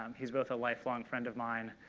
um he's both a lifelong friend of mine,